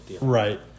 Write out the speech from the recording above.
Right